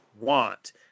want